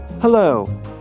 Hello